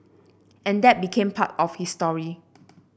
and that became part of his story